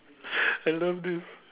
I love this